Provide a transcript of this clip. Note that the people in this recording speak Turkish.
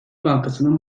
bankasının